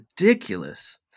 ridiculous